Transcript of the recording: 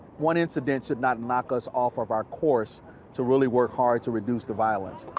one incident should not knock us off of our course to really work hard to reduce the violence.